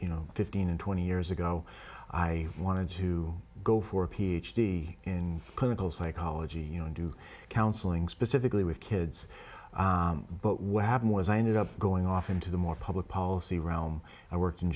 you know fifteen and twenty years ago i wanted to go for a ph d in clinical psychology you know and do counseling specifically with kids but what happened was i ended up going off into the more public policy realm i work in